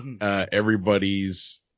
everybody's